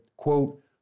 quote